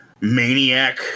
maniac